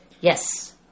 Yes